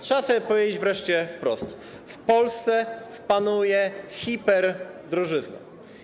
Trzeba sobie powiedzieć wreszcie wprost: w Polsce panuje hiperdrożyzna.